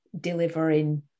delivering